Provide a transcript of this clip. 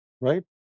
Right